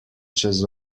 čez